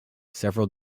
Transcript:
several